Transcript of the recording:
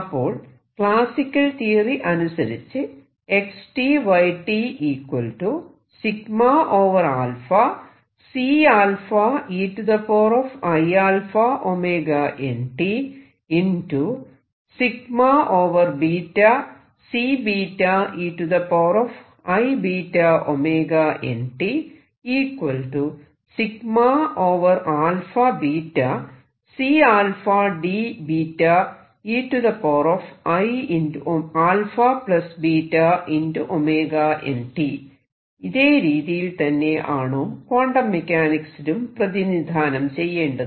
അപ്പോൾ classical theory അനുസരിച്ച് ഇതേ രീതിയിൽ തന്നെ ആണോ ക്വാണ്ടം മെക്കാനിക്സിലും പ്രതിനിധാനം ചെയ്യേണ്ടത്